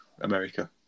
America